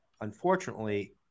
unfortunately